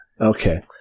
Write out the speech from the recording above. Okay